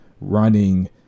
running